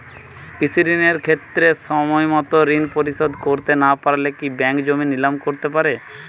কৃষিঋণের ক্ষেত্রে সময়মত ঋণ পরিশোধ করতে না পারলে কি ব্যাঙ্ক জমি নিলাম করতে পারে?